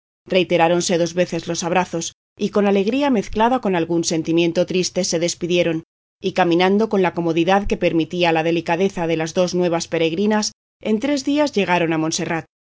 castellanos reiteráronse dos veces los abrazos y con alegría mezclada con algún sentimiento triste se despidieron y caminando con la comodidad que permitía la delicadeza de las dos nuevas peregrinas en tres días llegaron a monserrat